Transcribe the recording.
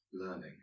learning